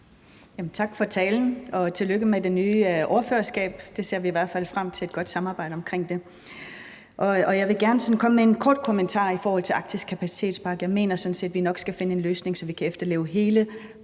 Tak for talen. Og tillykke med det nye ordførerskab - vi ser frem til et godt samarbejde. Jeg vil gerne komme med en kort kommentar om Arktis Kapacitetspakke. Jeg mener sådan set, at vi nok skal finde en løsning, så vi kan efterleve hele